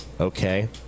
okay